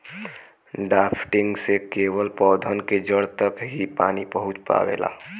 drafting से केवल पौधन के जड़ तक ही पानी पहुँच पावेला